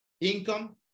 income